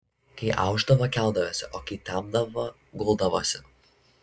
kai aušdavo keldavosi kai temdavo guldavosi